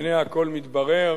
והנה הכול מתברר